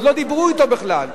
עוד לא דיברו אתו בכלל,